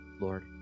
Lord